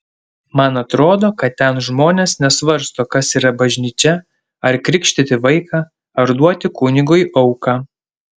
man atrodo kad ten žmonės nesvarsto kas yra bažnyčia ar krikštyti vaiką ar duoti kunigui auką